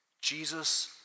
Jesus